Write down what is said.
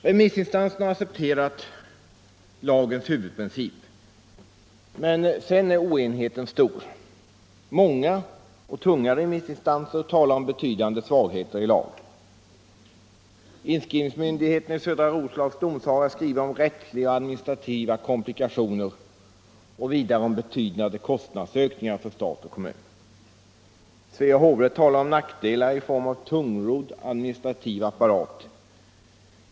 Remissinstanserna har alltså accepterat lagens huvudprincip, men sedan är oenigheten stor. Många och tunga remissinstanser talar om betydande svagheter i lagen. Inskrivningsmyndigheten i Södra Roslags domsaga skriver om rättsliga och administrativa komplikationer och vidare om betydande kostnadsökningar för stat och kommun. Svea hovrätt talar om nackdelar i form av tungrodd administrativ apparat.